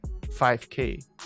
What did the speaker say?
5k